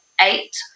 eight